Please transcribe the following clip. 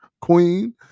queen